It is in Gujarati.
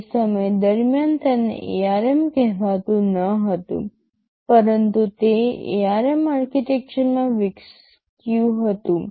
તે સમય દરમિયાન તેને ARM કહેવાતું ન હતું પરંતુ તે ARM આર્કિટેક્ચરમાં વિકસ્યું હતું